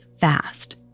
fast